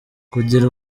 kugira